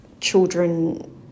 children